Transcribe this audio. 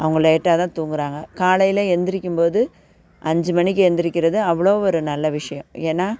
அவங்க லேட்டாக தான் தூங்கிறாங்க காலையில் எழுந்திரிக்கும் போது அஞ்சு மணிக்கு எழுந்திரிக்கிறது அவ்வளோ ஒரு நல்ல விஷயம் ஏன்னால்